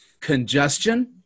congestion